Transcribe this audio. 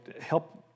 help